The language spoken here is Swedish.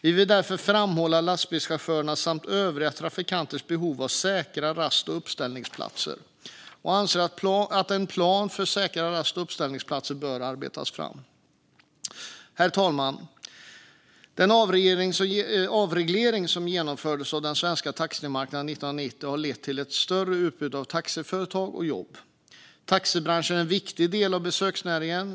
Vi vill därför framhålla lastbilschaufförernas samt övriga trafikanters behov av säkra rast och uppställningsplatser, och vi anser att en plan för säkra rast och uppställningsplatser bör arbetas fram. Herr talman! Den avreglering som genomfördes av den svenska taximarknaden 1990 har lett till ett större utbud av taxiföretag och jobb. Taxibranschen är en viktig del av besöksnäringen.